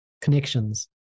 connections